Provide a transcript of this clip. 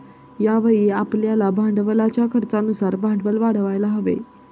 यावेळी आपल्याला भांडवलाच्या खर्चानुसार भांडवल वाढवायला हवे